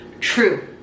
true